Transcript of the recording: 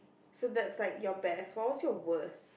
so that's like your best what was your worst